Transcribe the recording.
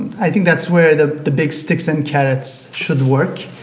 i think that's where the the big sticks and carrots should work.